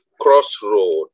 crossroad